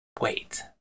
Wait